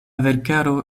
verkaro